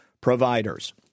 providers